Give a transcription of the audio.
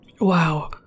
Wow